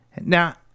Now